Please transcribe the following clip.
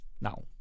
now